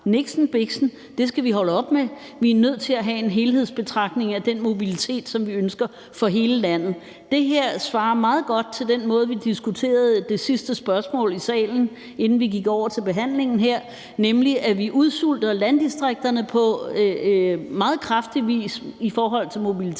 Niksen biksen, det skal vi holde op med. Vi er nødt til at have en helhedsbetragtning af den mobilitet, som vi ønsker for hele landet. Det her svarer meget godt til det, vi diskuterede i det sidste spørgsmål i salen, inden vi gik til førstebehandlingen her, nemlig at vi udsulter landdistrikterne på meget kraftig vis i forhold til mobilitet,